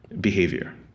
behavior